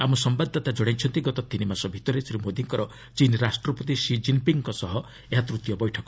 ଆମ ସମ୍ଭାଦଦାତା ଜଣାଇଛନ୍ତି ଗତ ତିନି ମାସ ଭିତରେ ଶ୍ରୀ ମୋଦିଙ୍କର ଚୀନ୍ ରାଷ୍ଟ୍ରପତି ଷି ଜିନ୍ପିଙ୍ଗଙ୍କ ସହ ଏହା ତୃତୀୟ ବୈଠକ